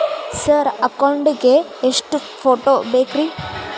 Sir account ಗೇ ಎಷ್ಟು photo ಬೇಕ್ರಿ?